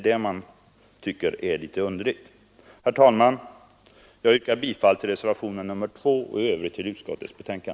Det är litet underligt. Herr talman! Jag yrkar bifall till reservationen 2 och i övrigt till utskottets hemställan.